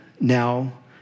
now